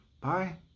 bye